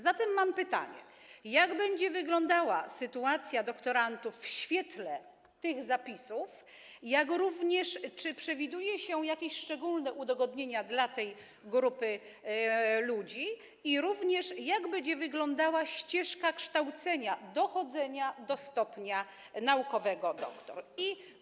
Zatem mam pytanie, jak będzie wyglądała sytuacja doktorantów w świetle tych zapisów, jak również czy przewiduje się jakieś szczególne udogodnienia dla tej grupy ludzi i jak będzie wyglądała ścieżka kształcenia, dochodzenia do stopnia naukowego doktora.